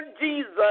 Jesus